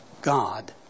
God